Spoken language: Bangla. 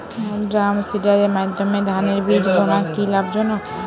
ড্রামসিডারের মাধ্যমে ধানের বীজ বোনা কি লাভজনক?